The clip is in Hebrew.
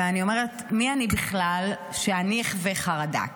ואני אומרת: מי אני בכלל שאני אחווה חרדה?